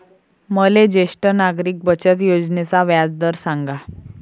मले ज्येष्ठ नागरिक बचत योजनेचा व्याजदर सांगा